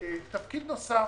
תפקיד נוסף